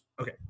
Okay